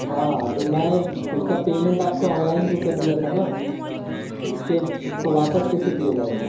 हाँ तो मैं उसका पेमेंट आपका ऑनलाइन जो कर दिया था ना तो उसके उसको वापस कैसे किया जाएगा